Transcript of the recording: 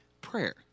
prayer